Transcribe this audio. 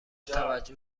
توجهش